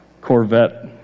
Corvette